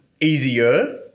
easier